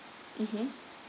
mmhmm